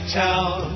town